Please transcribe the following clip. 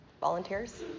Volunteers